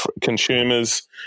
consumers